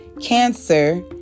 Cancer